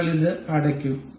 നിങ്ങൾ ഇത് അടയ്ക്കും